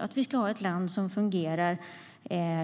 Att vi ska ha ett land som fungerar